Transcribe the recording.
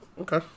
Okay